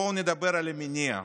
בואו נדבר על המניע.